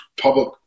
public